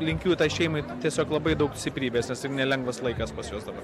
linkiu tai šeimai tiesiog labai daug stiprybės nes tai nelengvas laikas pas juos dabar